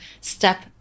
step